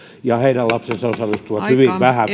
ja heidän lapsensa osallistuvat hyvin vähän